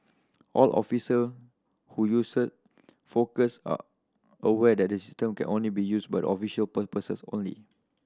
all officer who use Focus are aware that the system can only be used official purposes only